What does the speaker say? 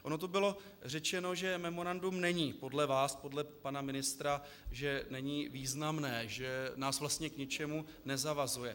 Ono tu bylo řečeno, že memorandum není podle vás, podle pana ministra, že není významné, že nás vlastně k ničemu nezavazuje.